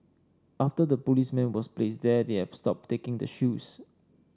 after the policeman was placed there they've stopped taking the shoes